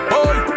Boy